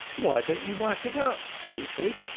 why don't you wipe it up, stupid?